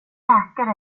läkare